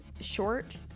short